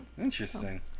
Interesting